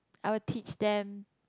I would teach them